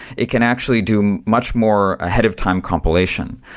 it can actually do much more ahead of time compilation.